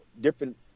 different